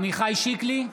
עמיחי שיקלי,